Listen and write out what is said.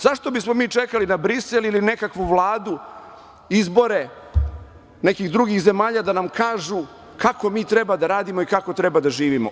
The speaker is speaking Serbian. Zašto bismo mi čekali na Brisel ili nekakvu Vladu, izbore nekih drugih zemalja da nam kažu kako treba da radimo i kako treba da živimo?